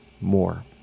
more